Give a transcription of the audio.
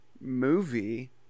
movie